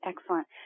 Excellent